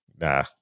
Nah